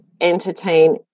entertain